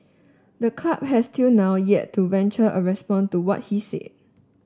the club has till now yet to venture a response to what he said